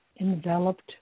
enveloped